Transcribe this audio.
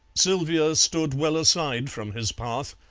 sylvia stood well aside from his path,